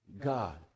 God